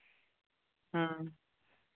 ᱦᱮᱸ